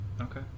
Okay